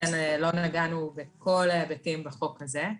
לכן לא נגענו בכל ההיבטים בחוק הזה.